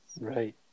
Right